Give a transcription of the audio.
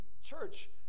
church